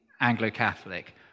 Anglo-Catholic